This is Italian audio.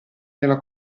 nella